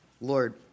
Lord